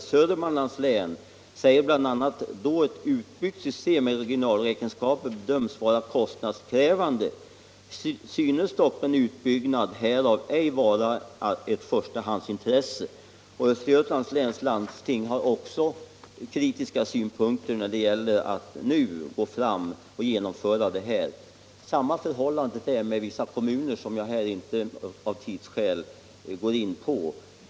Södermanlands län säger bl.a.: ”Då ett utbyggt system med regionalräkenskaper bedöms vara kostnadskrävande synes dock en utbyggnad härav ej vara ett förstahandsintresse.” Östergötlands läns landsting har också kritiska synpunkter när det gäller att nu genomföra detta. Samma är förhållandet med vissa kommuner som jag här av tidsskäl inte går i på.